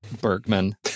Bergman